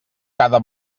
cada